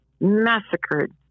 massacred